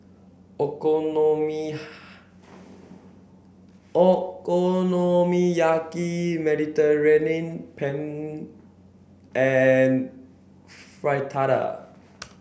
Okonomiyaki Mediterranean Penne and Fritada